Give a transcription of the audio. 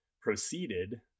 proceeded